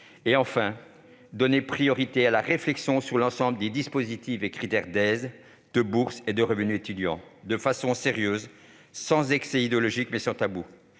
Donnez priorité à la réflexion sur l'ensemble des dispositifs et critères d'aides, de bourses et de revenu étudiant de façon sérieuse, sans excès idéologique, mais sans tabou.